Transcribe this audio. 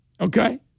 okay